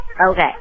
Okay